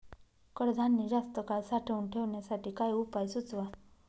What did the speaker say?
कडधान्य जास्त काळ साठवून ठेवण्यासाठी काही उपाय सुचवा?